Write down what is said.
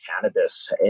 cannabis